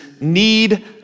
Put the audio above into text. need